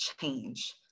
change